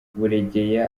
buregeya